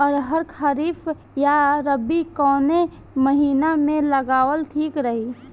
अरहर खरीफ या रबी कवने महीना में लगावल ठीक रही?